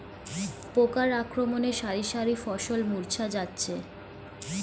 পোকার আক্রমণে শারি শারি ফসল মূর্ছা যাচ্ছে